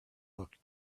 looked